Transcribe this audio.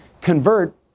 convert